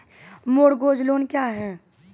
Mortgage loan क्या है?